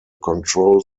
control